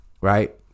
right